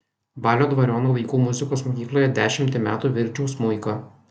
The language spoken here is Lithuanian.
balio dvariono vaikų muzikos mokykloje dešimtį metų virkdžiau smuiką